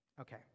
Okay